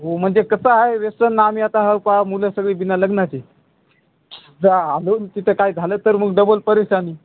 हो म्हणजे कसं आहे व्यसन ना आम्ही आता ह पा मुलं सगळी विना लग्नाची जर आलो ना तिथं काय झालं तर मग डबल परेशानी